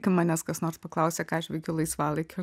kai manęs kas nors paklausia ką aš veikiu laisvalaikiu